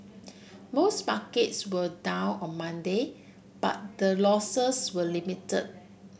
most markets were down on Monday but the losses were limited